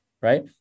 right